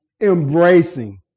Embracing